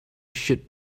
should